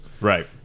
Right